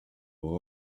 will